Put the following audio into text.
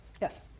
Yes